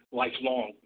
lifelong